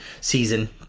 season